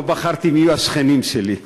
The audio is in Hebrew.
לא בחרתי מי יהיו השכנים שלי,